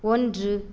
ஒன்று